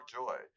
joy